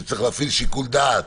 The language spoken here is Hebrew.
שצריך להפעיל שיקול דעת,